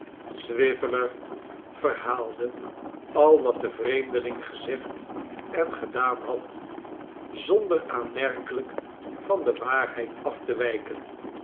swiveller verhaalde al wat de vreemdeling gezegd en gedaan had zonder aanmerkelijk van de waarheid aftewijken